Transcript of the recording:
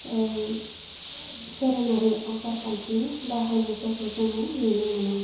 दोहोरोमारि आसारखान्थि बाहायनायफोरखौ जोङो नुनो मोना